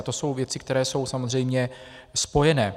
To jsou věci, které jsou samozřejmě spojené.